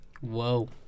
Whoa